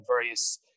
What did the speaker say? various